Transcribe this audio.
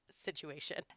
situation